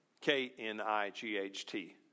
K-N-I-G-H-T